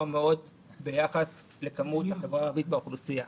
מאוד ביחס לגודלה של החברה הערבית באוכלוסייה.